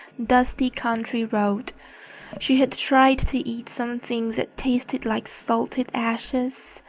dusty country road she had tried to eat something that tasted like salted ashes.